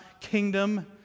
kingdom